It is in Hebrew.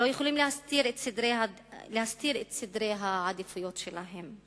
לא יכולים להסתיר את סדרי העדיפויות שלהם.